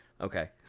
Okay